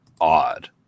odd